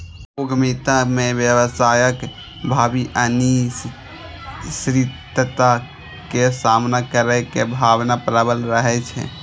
उद्यमिता मे व्यवसायक भावी अनिश्चितता के सामना करै के भावना प्रबल रहै छै